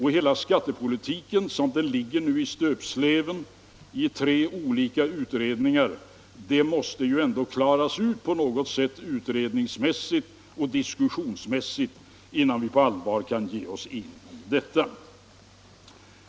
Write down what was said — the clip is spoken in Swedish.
Hela skattepolitiken — den ligger nu i stöpsleven i tre olika utredningar — måste klaras ut utredningsmässigt och diskussionsmässigt innan vi på allvar kan ge oss in och göra om den.